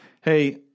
Hey